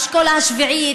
האשכול השביעי,